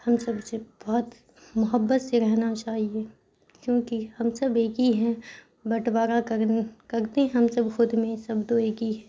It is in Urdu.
ہم سب سے بہت محبت سے رہنا چاہیے کیونکہ ہم سب ایک ہی ہیں بٹوارہ کر کگتے ہم سب خود میں سب دو ایک ہی ہے